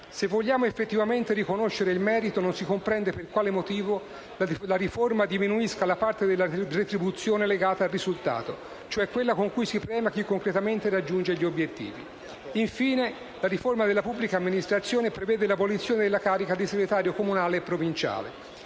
se vogliamo effettivamente riconoscere il merito, non si comprende per quale motivo la riforma diminuisca la parte della retribuzione legata al risultato, cioè quella con cui si premia chi concretamente raggiunge gli obiettivi. Infine, la riforma della pubblica amministrazione prevede l'abolizione della carica di segretario comunale e provinciale.